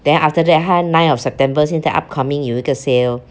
then after that 它 nine of september 现在 upcoming 有一个 sale